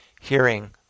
hearing